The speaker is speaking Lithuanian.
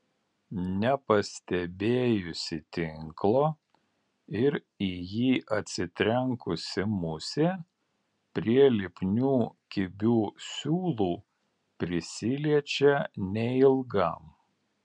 nepastebėjusi tinklo ir į jį atsitrenkusi musė prie lipnių kibių siūlų prisiliečia neilgam